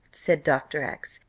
said dr. x,